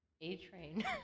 A-train